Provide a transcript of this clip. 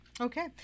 Okay